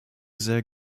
sehr